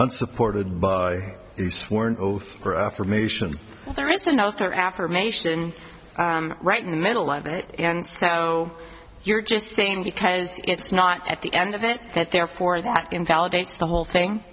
unsupported by a sworn oath or affirmation there is a note or affirmation right in the middle of it and so you're just saying because it's not at the end of it that therefore that invalidates the whole thing